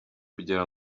kugira